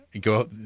Go